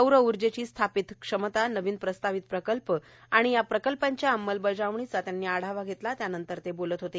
सौरऊर्जेची स्थापित क्षमता नवीन प्रस्तावित प्रकल्प आणि या प्रकल्पांची अंमलबजावणीचा त्यांनी आढावा घेतला त्यानंतर ते बोलत होते